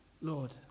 Lord